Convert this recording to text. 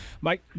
Mike